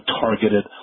targeted